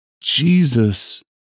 Jesus